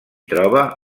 troba